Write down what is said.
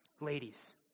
Ladies